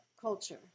culture